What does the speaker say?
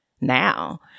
now